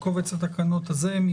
טור ב' קנס מינהלי קצוב בשקלים חדשים 7(א)(1)(א)